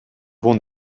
bons